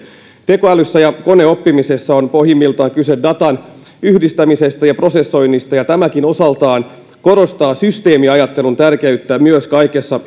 tekoälyssä ja koneoppimisessa on pohjimmiltaan kyse datan yhdistämisestä ja prosessoinnista ja tämäkin osaltaan korostaa systeemiajattelun tärkeyttä myös kaikessa